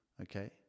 Okay